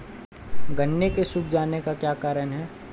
गन्ने के सूख जाने का क्या कारण है?